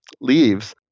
leaves